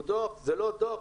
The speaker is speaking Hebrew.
זה לא דוח